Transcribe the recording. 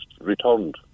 returned